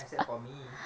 except for me